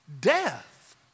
Death